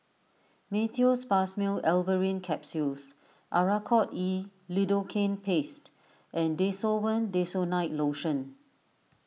Meteospasmyl Alverine Capsules Oracort E Lidocaine Paste and Desowen Desonide Lotion